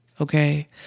okay